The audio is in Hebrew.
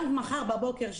גם מחר בבוקר,